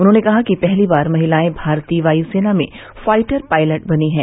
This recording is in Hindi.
उन्होंने कहा कि पहली बार महिलायें भारतीय वायुसेना में फाइटर पायलट बनी हैं